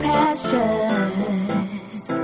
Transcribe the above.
Pastures